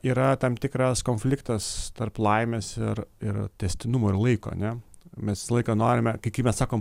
yra tam tikras konfliktas tarp laimės ir ir tęstinumo ir laiko ane mes visą laiką norime kai kai mes sakom